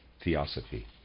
Theosophy